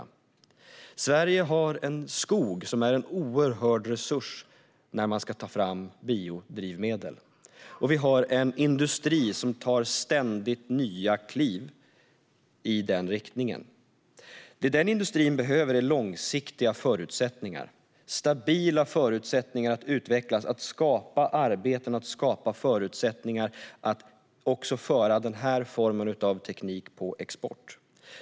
I Sverige har vi skog som är en oerhörd resurs när man ska ta fram biodrivmedel, och vi har en industri som tar ständigt nya kliv i den riktningen. Det den industrin behöver är långsiktiga förutsättningar, stabila förutsättningar att utvecklas och skapa arbeten och förutsättningar att också föra denna form av teknik på export.